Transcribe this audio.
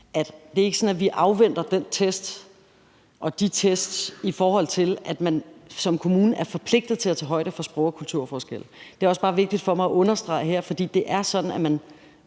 at det ikke er sådan, at vi afventer de test, i forhold til at man som kommune er forpligtet til at tage højde for sprog- og kulturforskelle. Det er det bare vigtigt for mig at understrege her. For det er sådan, at med